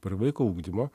prie vaiko ugdymo